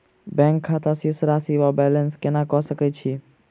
Bank खाता शेष राशि वा बैलेंस केना कऽ सकय छी?